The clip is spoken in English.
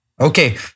Okay